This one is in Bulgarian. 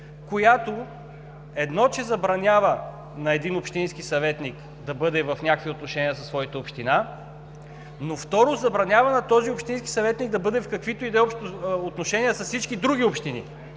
която, едно, че забранява на един общински съветник да бъде в някакви отношения със своята община, но, второ, забранява на този общински съветник да бъде в каквито и да е отношения с всички други общини.